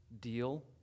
deal